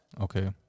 Okay